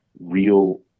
real